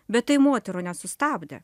bet tai moterų nesustabdė